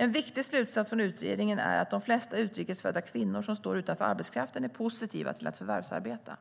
En viktig slutsats från utredningen är att de flesta utrikes födda kvinnor som står utanför arbetskraften är positiva till att förvärvsarbeta.